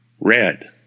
red